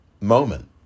moment